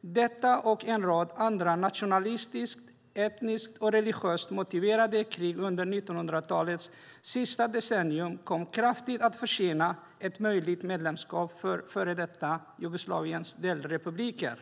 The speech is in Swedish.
Detta och en rad andra nationalistiskt, etniskt och religiöst motiverade krig under 1900-talets sista decennium kom kraftigt att försena ett möjligt medlemskap för före detta Jugoslaviens delrepubliker.